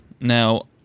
Now